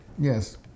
Yes